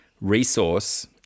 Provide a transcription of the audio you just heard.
resource